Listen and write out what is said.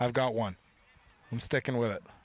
i've got one i'm sticking with it